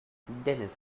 dennis